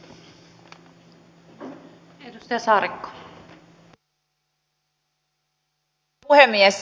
arvoisa puhemies